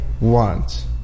want